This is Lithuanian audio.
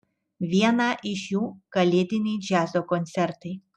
vieną iš jų kalėdiniai džiazo koncertai